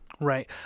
Right